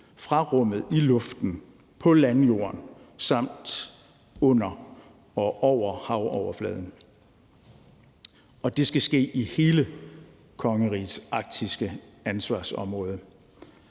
fra rummet, i luften, på landjorden samt under og over havoverfladen. Og det skal ske i hele kongerigets arktiske ansvarsområde.